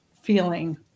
feeling